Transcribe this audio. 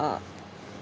uh